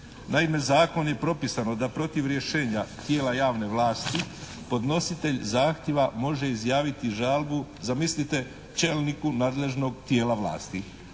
Naime, zakonom je propisano da protiv rješenja tijela javne vlasti podnositelj zahtjeva može izjaviti žalbu zamislite čelniku nadležnog tijela vlasti,